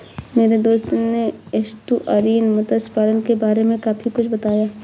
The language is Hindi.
मेरे दोस्त ने एस्टुअरीन मत्स्य पालन के बारे में काफी कुछ बताया